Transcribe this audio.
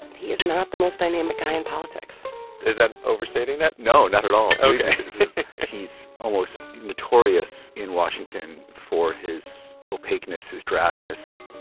he is not the most dynamic guy in politics is that overstating that? no, not at all ok he's almost notorious in washington for his opaqueness, his drabness,